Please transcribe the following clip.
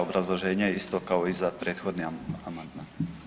Obrazloženje isto kao i za prethodni amandman.